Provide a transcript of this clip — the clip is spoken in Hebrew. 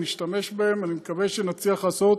נשתמש בהן, ואני מקווה שנצליח לעשות